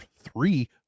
three